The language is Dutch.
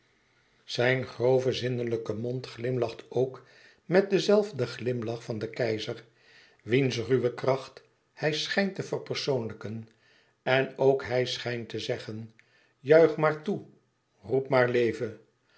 zijn grove zinnelijke mond glimlacht ook met den zelfden glimlach van den keizer wiens ruwe kracht hij schijnt te verpersoonlijken en ook hij schijnt te zeggen juicht maar toe roept maar leve